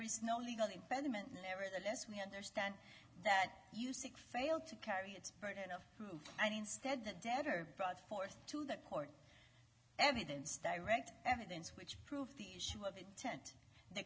is no legal impediment nevertheless we understand that you sick failed to carry its burden of proof and instead the debtor brought forth to the court evidence direct evidence which proved the issue of intent th